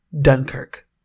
Dunkirk